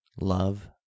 love